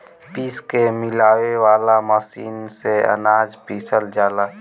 पीस के मिलावे वाला मशीन से अनाज पिसल जाला